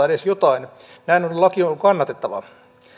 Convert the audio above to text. edes jotain näin ollen laki on kannatettava